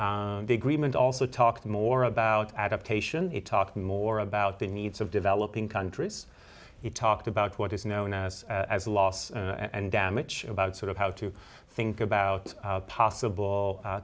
the agreement also talked more about adaptation it talked more about the needs of developing countries he talked about what is known as as a loss and damage about sort of how to think about possible